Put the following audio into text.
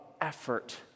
effort